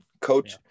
coach